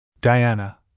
Diana